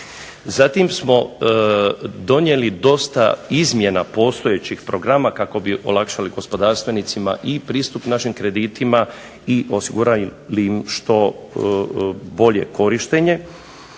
Zatim smo donijeli dosta izmjena postojećih programa kako bi olakšali gospodarstvenicima i pristup našim kreditima i osigurali im što bolje korištenje.